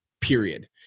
period